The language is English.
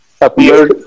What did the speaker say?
appeared